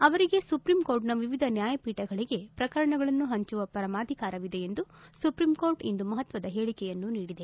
ಅವರಿಗೆ ಸುಪ್ರೀಂಕೋರ್ಟ್ನ ವಿವಿಧ ನ್ನಾಯಪೀಠಗಳಿಗೆ ಪ್ರಕರಣಗಳನ್ನು ಹಂಚುವ ಪರಮಾಧಿಕಾರವಿದೆ ಎಂದು ಸುಪ್ರೀಂಕೋರ್ಟ್ ಇಂದು ಮಹತ್ವದ ಹೇಳಕೆಯನ್ನು ನೀಡಿದೆ